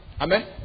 Amen